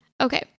Okay